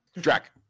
Drac